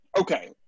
okay